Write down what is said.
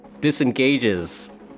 disengages